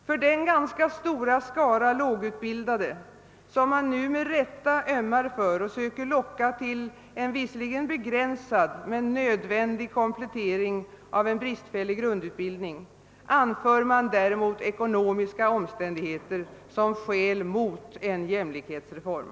För den ganska stora skara lågutbildade, som man nu med rätta ömmar för och söker locka till en visserligen begränsad men nödvändig komplettering av en bristfällig grundutbildning, anför man däremot ekonomiska omständigheter som skäl mot en jämlikhetsreform.